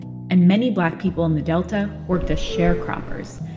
and many black people in the delta worked as sharecroppers.